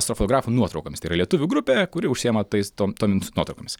su to fotografo nuotraukomis tai yra lietuvių grupė kuri užsiima tais tom tomis nuotraukomis